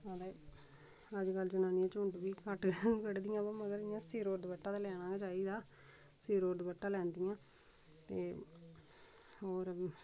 अदे अज्जकल जनानियां झुंड बी घट्ट गै कड्ढदियां ते मगर इ'यां मतलब सिरो'र दप्पटा ते लैना गै चाहिदा सिरो'र दप्पटा लैंदियां ते होर